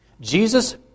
Jesus